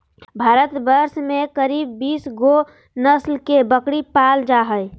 भारतवर्ष में करीब बीस गो नस्ल के बकरी पाल जा हइ